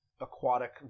aquatic